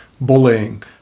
bullying